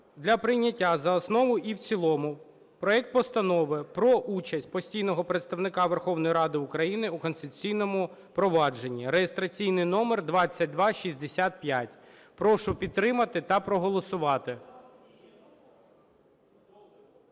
для прийняття за основу і в цілому проект Постанови про участь постійного представника Верховної Ради України у конституційному провадженні (реєстраційний номер 2265). Прошу підтримати та проголосувати.